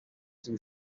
too